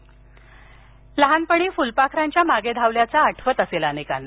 फुलपाखरू लहानपणी फुलपाखरांच्या मागे धावल्याचं आठवत असेल अनेकांना